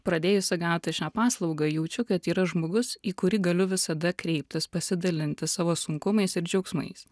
pradėjusi gauti šią paslaugą jaučiu kad yra žmogus į kurį galiu visada kreiptis pasidalinti savo sunkumais ir džiaugsmais